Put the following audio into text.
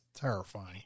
terrifying